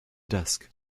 desk